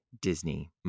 Disney